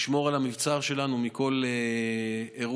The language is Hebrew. לשמור על המבצר שלנו מכל אירוע,